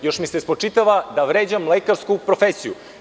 Još mi se spočitava da vređam lekarsku profesiju.